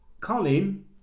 Colin